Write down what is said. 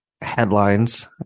headlines